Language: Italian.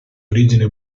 origine